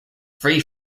free